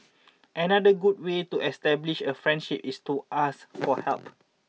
another good way to establish a friendship is to ask for help